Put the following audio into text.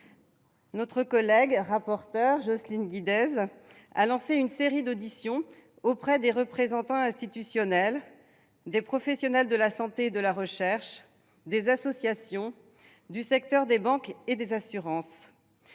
Notre rapporteur Jocelyne Guidez a lancé une série d'auditions auprès des représentants institutionnels, des professionnels de la santé et de la recherche, des associations, du secteur des banques et assurances.